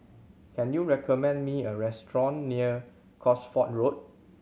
can you recommend me a restaurant near Cosford Road